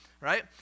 right